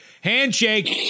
handshake